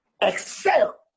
excel